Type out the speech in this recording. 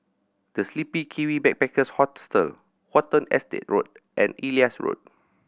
The Sleepy Kiwi Backpackers Hostel Watten Estate Road and Elias Road